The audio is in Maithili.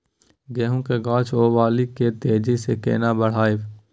गेहूं के गाछ ओ बाली के तेजी से केना बढ़ाइब?